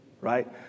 right